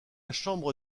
chambre